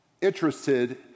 interested